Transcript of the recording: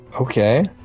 Okay